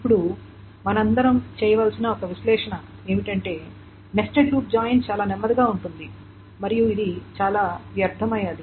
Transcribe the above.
ఇప్పుడు మనమందరం చేయవలసిన ఒక విశ్లేషణ ఏమిటంటే నెస్టెడ్ లూప్ జాయిన్ చాలా నెమ్మదిగా ఉంటుంది మరియు ఇది చాలా వ్యర్థమైనది